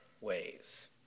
ways